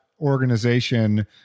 organization